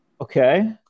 Okay